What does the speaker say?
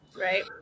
Right